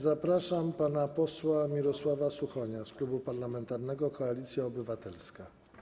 Zapraszam pana posła Mirosława Suchonia z Klubu Parlamentarnego Koalicja Obywatelska.